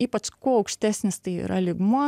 ypač kuo aukštesnis tai yra lygmuo